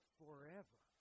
forever